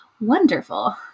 wonderful